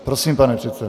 Prosím, pane předsedo.